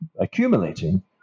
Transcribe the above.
accumulating